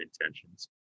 intentions